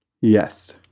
Yes